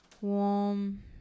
warm